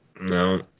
No